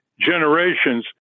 generations